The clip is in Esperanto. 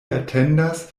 atendas